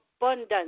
abundance